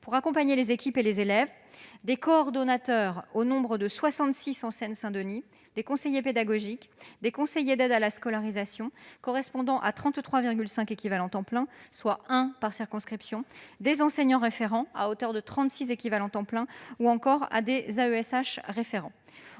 pour accompagner les équipes et les élèves. Il est constitué de coordonnateurs, au nombre de 66 en Seine-Saint-Denis ; de conseillers pédagogiques ; de conseillers d'aide à la scolarisation correspondant à 33,5 équivalents temps plein, soit un par circonscription ; d'enseignants référents à hauteur de 36 équivalents temps plein ; d'AESH référents.